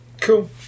Cool